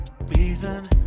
reason